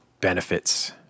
benefits